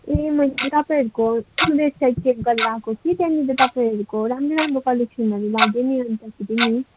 ए मैले तपाईँहरूको website check गरेर आएको कि त्यहाँनेर तपाईँहरूको राम्रो राम्रो कलेक्सनहरू लाग्यो र नि अन्तखेरि नि